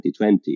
2020